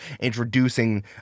introducing